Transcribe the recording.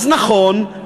אז נכון,